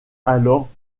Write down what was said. alors